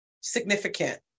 significant